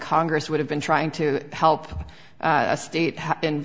congress would have been trying to help a state